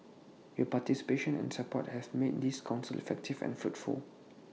your participation and support have made this Council effective and fruitful